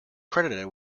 credited